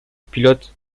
pilote